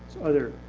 other.